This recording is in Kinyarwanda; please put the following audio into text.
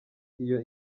iyo